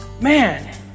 Man